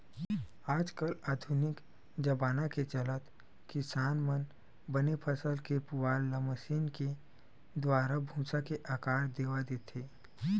आज कल आधुनिक जबाना के चलत किसान मन बने फसल के पुवाल ल मसीन के दुवारा भूसा के आकार देवा देथे